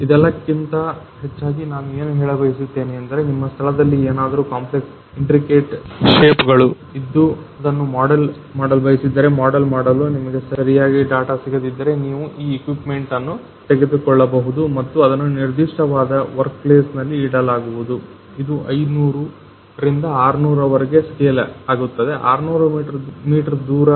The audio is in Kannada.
ಇದೆಲ್ಲದಕ್ಕಿಂತ ಹೆಚ್ಚಾಗಿ ನಾನು ಏನು ಹೇಳಬಯಸುತ್ತೇನೆ ಎಂದರೆ ನಿಮ್ಮ ಸ್ಥಳದಲ್ಲಿ ಏನಾದರೂ ಕಾಂಪ್ಲೆಕ್ಸ್ ಅಥವಾ ಇಂಟರ್ನೆಟ್ ಇಂಟ್ರಿಕೆಟ್ ಶೇಪ್ಗಳು ಇದ್ದು ಅದನ್ನು ಮೊಡೆಲ್ ಮಾಡಲು ಬಯಸಿದ್ದರೆ ಮಾಡೆಲ್ ಮಾಡಲು ನಿಮಗೆ ಸರಿಯಾದ ಡಾಟಾ ಸಿಗದಿದ್ದರೆ ನೀವು ಈ ಇಕ್ವಿಪ್ಮೆಂಟ್ ಅನ್ನು ತೆಗೆದುಕೊಳ್ಳಬಹುದು ಮತ್ತು ಅದನ್ನು ನಿರ್ದಿಷ್ಟವಾದ ವರ್ಕ್ ಪ್ಲೇಸ್ ನಲ್ಲಿ ಇಡಲಾಗುವುದು ಇದು 500 ರಿಂದ 600 ರವರೆಗೆ ಸ್ಕೇಲ್ ಆಗುತ್ತದೆ 600 ಮೀಟರ್ ದೂರ